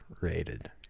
rated